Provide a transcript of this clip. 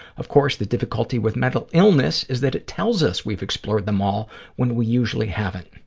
of course, the difficulty with mental illness is that it tells us we've explored them all when we usually haven't.